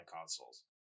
consoles